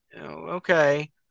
Okay